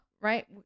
right